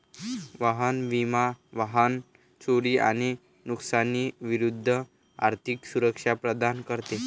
वाहन विमा वाहन चोरी आणि नुकसानी विरूद्ध आर्थिक सुरक्षा प्रदान करते